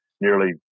nearly –